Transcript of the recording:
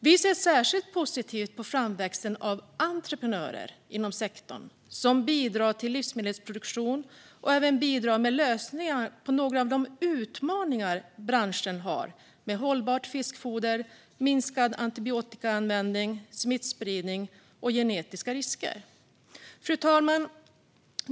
Vi ser särskilt positivt på framväxten av entreprenörer inom sektorn som bidrar till livsmedelsproduktion och även med lösningar på några av branschens utmaningar med hållbart fiskfoder, minskad antibiotikaanvändning, smittspridning och genetiska risker. Fru talman!